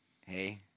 Hey